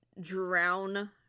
drown